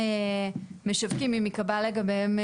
אותם משווקים אם ייקבע לגביהם,